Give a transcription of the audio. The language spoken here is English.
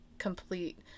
complete